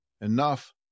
enough